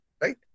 right